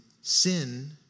sin